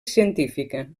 científica